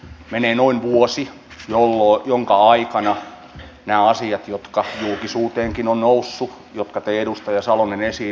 menee noin vuosi jonka aikana valmistellaan nämä asiat jotka julkisuuteenkin ovat nousseet ja jotka te edustaja salonen esiin nostitte